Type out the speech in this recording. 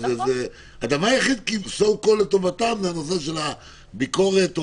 הדבר היחיד שלכאורה לטובתם זה הביקורת של